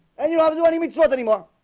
and you'll have as many meats worth anymore